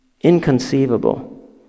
inconceivable